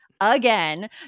again